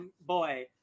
Boy